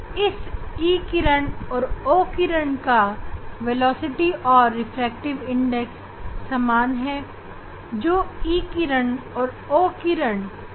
लेकिन E किरण के संबंध में ऐसा और इसकी गति और रिफ्रैक्टिव इंडेक्स का मूल्य दिशा पर आधारित है